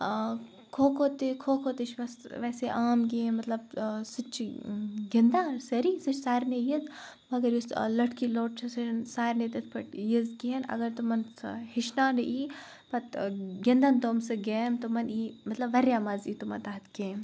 کھو کھو تہِ کھو کھو تہِ چھُ ویسے عام گیم مَطلَب سُہ تہِ چھُ گِندان سٲری سُہ چھُ سارنی یہِ مَگَر یُس لٹھکی لوٚٹھ چھُ سُہ چھُ نہٕ سارنی تِتھ پٲٹھۍ یِژھ کِہیٖنۍ اَگَر تمَن سُہ ہیٚچھناونہٕ یی پَتہٕ گِندَن تِم سُہ گیم تِمَن یی مَطلَب واریاہ مَزٕ یی تِمَن تَتھ گیمہِ